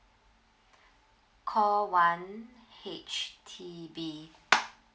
call one H_D_B